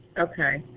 okay.